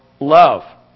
Love